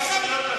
18 דקות היא מדברת.